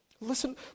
listen